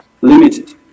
limited